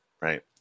right